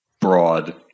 broad